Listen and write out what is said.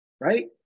right